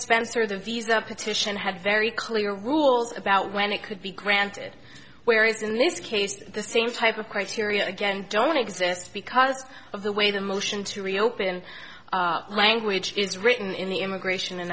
spencer the visa petition had very clear rules about when it could be granted whereas in this case the same type of criteria again don't exist because of the way the motion to reopen language is written in the immigration and